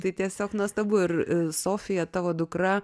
tai tiesiog nuostabu ir sofija tavo dukra